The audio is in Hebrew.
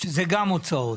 שזה גם הוצאות.